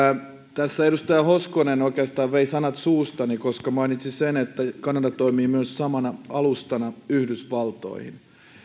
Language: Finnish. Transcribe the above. tässä edustaja hoskonen oikeastaan vei sanat suustani koska mainitsi sen että kanada toimii myös samana alustana yhdysvaltoihin